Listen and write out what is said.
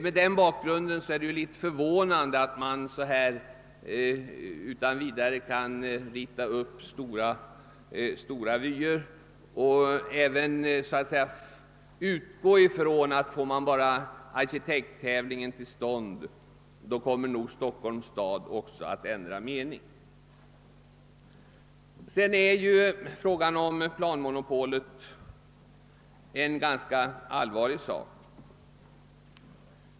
: Mot den bakgrunden är det litet förvånande att någon utan vidare kan dra upp stora vyer och utgå från att Stockholms stad nog skall ändra uppfattning, om bara arkitekttävlingen kommer till stånd. Frågan om planmonopolet är en ganska allvarlig sak.